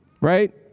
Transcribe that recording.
Right